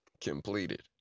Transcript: completed